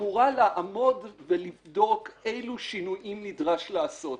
אמורה לאמוד ולבדוק אילו שינויים נדרש לעשות.